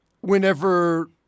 whenever